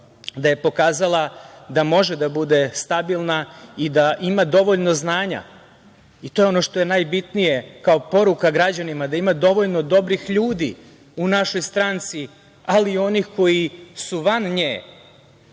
da je pokazala da može da bude stabilna i da ima dovoljno znanja. I to je ono što je najbitnije kao poruka građanima da ima dovoljno dobrih ljudi u našoj stranci, ali i onih koji su van nje,